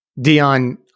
Dion